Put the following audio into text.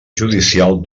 judicial